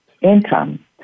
income